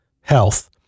health